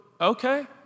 okay